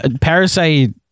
parasite